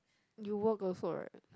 you work also right